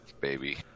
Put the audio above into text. baby